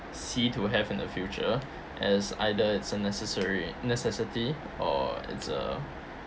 see to have in the future as either it's a necessary necessity or it's a